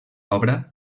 obra